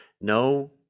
no